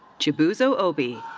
chibuzo obi.